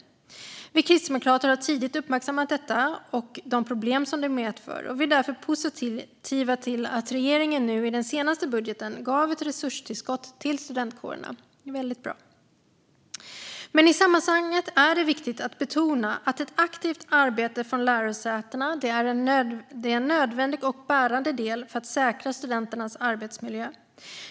Vi kristdemokrater har tidigare uppmärksammat detta och de problem det medför, och vi är därför positiva till att regeringen i den senaste budgeten gav ett resurstillskott till studentkårerna. Det var väldigt bra. I sammanhanget är det dock viktigt att betona att ett aktivt arbete från lärosätenas sida är en nödvändig och bärande del i att säkra studenternas arbetsmiljö.